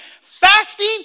Fasting